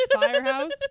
firehouse